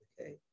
okay